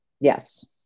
Yes